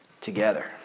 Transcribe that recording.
together